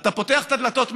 אתה פותח את הדלתות מאחורה,